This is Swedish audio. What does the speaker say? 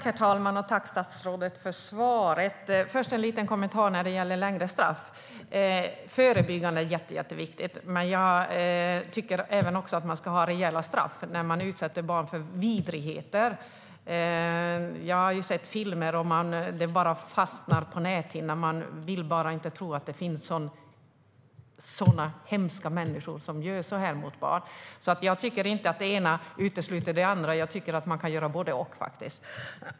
Herr talman! Tack, statsrådet för svaret! Först en liten kommentar när det gäller längre straff. Förebyggande är jätteviktigt, men jag tycker även att man ska ha rejäla straff när man utsatt barn för vidrigheter. Jag har sett filmer som bara fastnar på näthinnan och vill bara inte tro att det finns så hemska människor som gör sådana saker mot barn. Det ena utesluter inte det andra. Jag tycker att man kan göra både och.